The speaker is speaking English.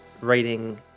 writing